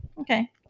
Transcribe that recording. Okay